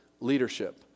leadership